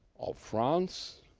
of france,